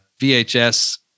VHS